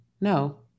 No